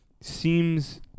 seems